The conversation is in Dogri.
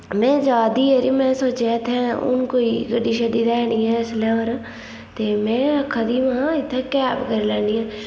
में जार'दी ही जरी में सोच्चेआ इत्थै हुन कोई गड्डी शड्डी ते ऐ निं ऐ इसलै कोई होर ते में आक्खै दी महां इत्थै कैब करी लैन्नी